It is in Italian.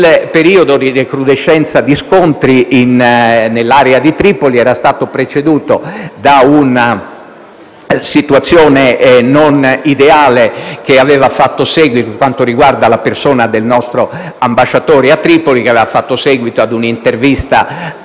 Il periodo di recrudescenza degli scontri nell'area di Tripoli era stato preceduto da una situazione non ideale, per quanto riguarda la persona del nostro ambasciatore a Tripoli, che aveva fatto seguito a un'intervista